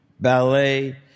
ballet